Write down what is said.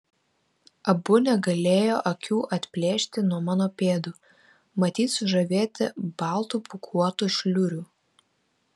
abu negalėjo akių atplėšti nuo mano pėdų matyt sužavėti baltų pūkuotų šliurių